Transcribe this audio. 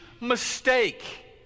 mistake